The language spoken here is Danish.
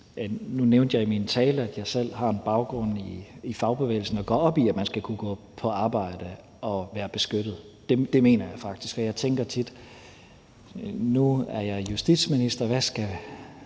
Nu nævnte jeg i min tale, at jeg selv har en baggrund i fagbevægelsen og går op i, at man skal kunne gå på arbejde og være beskyttet. Det mener jeg faktisk. Og jeg tænker tit: Nu er jeg justitsminister, og hvad skal